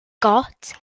got